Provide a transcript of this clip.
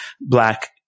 black